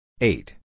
Eight